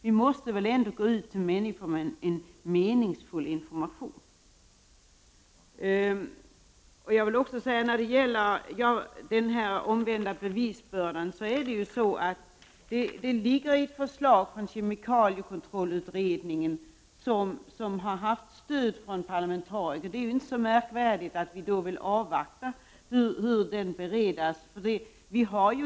Vi måste väl ändå gå ut med en meningsfull information. När det gäller den omvända bevisbördan vill jag säga att det ligger ett förslag från kemikaliekontrollutredningen som fått stöd från parlamentariker. Det är väl inte så märkvärdigt att vi vill avvakta beredningen av det förslaget.